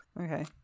okay